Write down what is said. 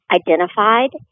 identified